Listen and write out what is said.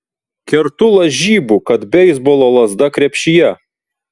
kertu lažybų kad beisbolo lazda krepšyje